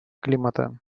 климата